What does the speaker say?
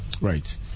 Right